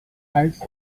ice